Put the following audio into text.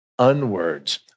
unwords